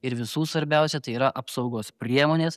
ir visų svarbiausia tai yra apsaugos priemonės